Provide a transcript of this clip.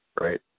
right